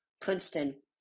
Princeton